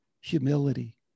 humility